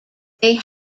they